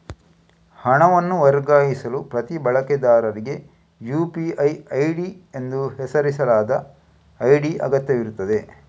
ಹಣವನ್ನು ವರ್ಗಾಯಿಸಲು ಪ್ರತಿ ಬಳಕೆದಾರರಿಗೆ ಯು.ಪಿ.ಐ ಐಡಿ ಎಂದು ಹೆಸರಿಸಲಾದ ಐಡಿ ಅಗತ್ಯವಿರುತ್ತದೆ